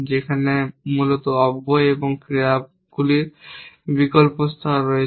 যেখানে মূলত অব্যয় এবং ক্রিয়াগুলির বিকল্প স্তর রয়েছে